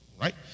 Right